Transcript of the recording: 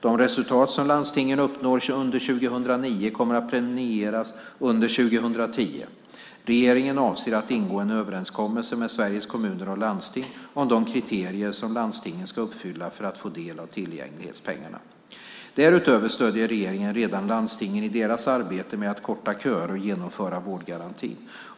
De resultat som landstingen uppnår under 2009 kommer att premieras under 2010. Regeringen avser att ingå en överenskommelse med Sveriges Kommuner och Landsting om de kriterier som landstingen ska uppfylla för att få del av tillgänglighetspengarna. Därutöver stöder regeringen redan landstingen i deras arbete med att korta köer och genomföra vårdgarantin.